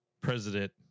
president